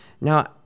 Now